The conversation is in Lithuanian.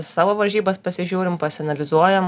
savo varžybas pasižiūrim pasianalizuojam